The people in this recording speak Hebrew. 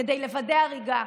כדי לוודא הריגה.